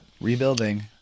rebuilding